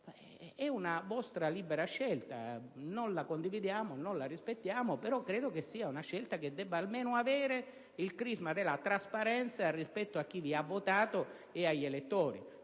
è una vostra libera scelta: non la condividiamo, non la rispettiamo, però credo sia una scelta che debba almeno avere il crisma della trasparenza rispetto a chi vi ha votato. In caso